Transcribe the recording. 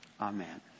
Amen